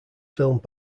filmed